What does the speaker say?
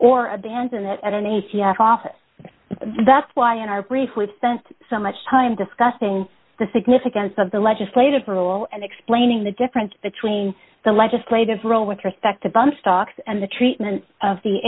abandon it at an a t f office that's why in our brief we've spent so much time discussing the significance of the legislative role and explaining the difference between the legislative role with respect to bunch stocks and the treatment of the